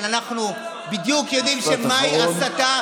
אבל אנחנו בדיוק יודעים מהי הסתה,